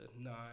nine